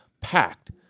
packed